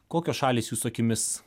kokios šalys jūsų akimis